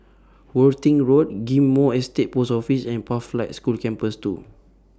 Worthing Road Ghim Moh Estate Post Office and Pathlight School Campus two